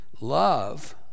Love